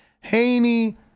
Haney